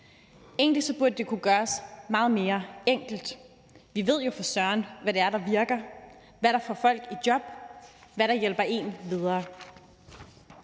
Egentlig burde det kunne gøres meget mere enkelt. Vi ved jo for søren, hvad det er, der virker; hvad der får folk i job; hvad der hjælper en videre.